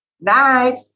Night